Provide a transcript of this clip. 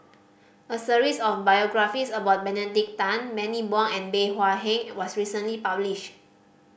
a series of biographies about Benedict Tan Bani Buang and Bey Hua Heng was recently publish